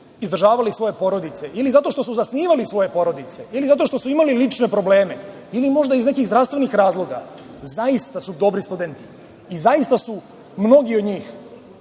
izdržavali svoje porodice ili zato što su zasnivali svoje porodice, ili zato što su imali lične probleme, ili možda iz nekih zdravstvenih razloga, zaista su dobri studenti i zaista su mnogi od njih